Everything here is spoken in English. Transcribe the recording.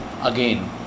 again